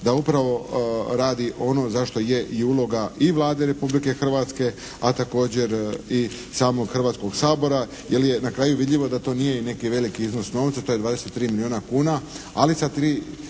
da upravo radi ono za što je i uloga i Vlade Republike Hrvatske a također i samog Hrvatskog sabora jer je na kraju vidljivo da to nije i neki veliki iznos novca. To je 23 milijuna kuna.